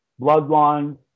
bloodlines